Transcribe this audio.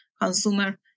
consumer